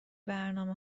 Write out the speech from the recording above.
برنامه